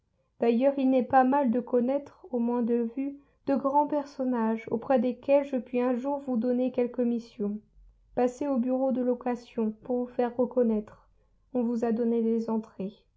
d'ailleurs il n'est pas mal de connaître au moins de vue de grands personnages auprès desquels je puis un jour vous donner quelque mission passez au bureau de location pour vous faire reconnaître on vous a donné les entrées